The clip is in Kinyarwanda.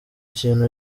ikintu